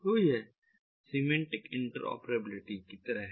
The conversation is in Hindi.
तो यह एक सिमेंटिक इंटरऑपरेबिलिटी की तरह है